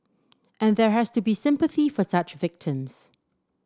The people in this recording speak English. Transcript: and there has to be sympathy for such victims